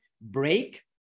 break